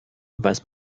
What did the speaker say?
weiß